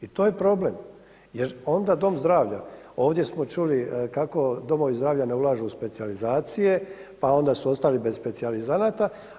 I to je problem, jer onda dom zdravlja, ovdje smo čuli kako domovi zdravlja ne ulažu u specijalizacije, pa onda su ostali bez specijalizanata.